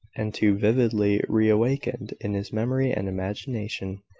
and too vividly, re-awakened in his memory and imagination.